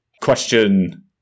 Question